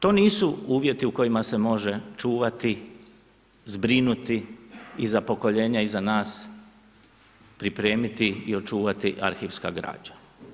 To nisu uvjeti u kojima se može čuvati, zbrinuti i za pokoljenje i za nas pripremiti i očuvati arhivska građa.